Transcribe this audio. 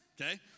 okay